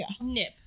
nip